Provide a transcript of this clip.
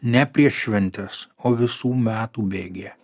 ne prieš šventes o visų metų bėgyje